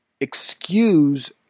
excuse